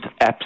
apps